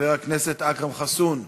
חבר הכנסת אכרם חסון,